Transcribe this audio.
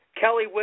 Kelly